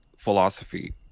Philosophy